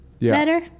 better